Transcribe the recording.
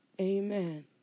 Amen